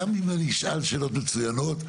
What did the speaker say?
גם אם אני אשאל שאלות מצוינות,